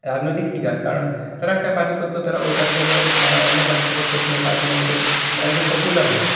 রাজনৈতিক শিকার কারণ তারা একটা পার্টি করতো তারা ঐ পাটিটাকে মানে অন্য পার্টি সাপোর্ট করছে তার জন্য ওকে মানে একজন পপুলার লোক